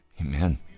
Amen